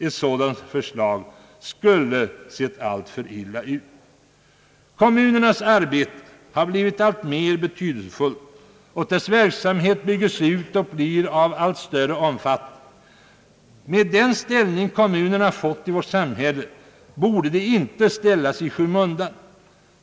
Ett sådant förslag skulle sett alltför illa ut! Kommunernas arbete har blivit alltmera betydelsefullt och deras verksamhet byggs ut och blir av allt större omfattning. Med den ställning kommunerna fått i vårt samhälle borde de inte ställas i skymundan.